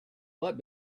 but